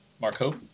Marco